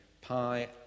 Pi